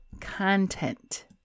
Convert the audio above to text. content